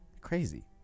crazy